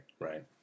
right